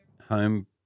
home